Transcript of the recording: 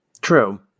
true